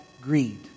greed